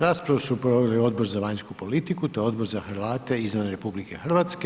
Raspravu su proveli Odbor za vanjsku politiku, te Odbor za Hrvate izvan RH.